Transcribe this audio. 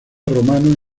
romano